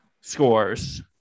scores